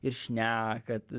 ir šneka t